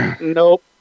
Nope